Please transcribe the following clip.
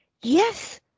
Yes